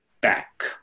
back